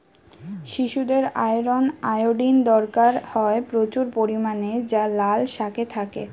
শিশুদের iron, iodine দরকার হয় প্রচুর পরিমাণে যা লাল শাকে থাকে